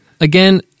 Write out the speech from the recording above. Again